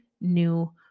new